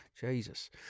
Jesus